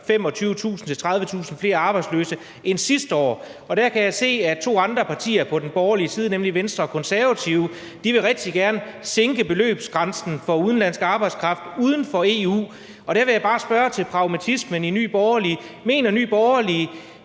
25.000-30.000 flere arbejdsløse end sidste år. Jeg kan se, at to andre partier på den borgerlige side, nemlig Venstre og Konservative, rigtig gerne vil sænke beløbsgrænsen for udenlandsk arbejdskraft fra uden for EU, og der vil jeg bare spørge til pragmatismen i Nye Borgerlige: Mener Nye Borgerlige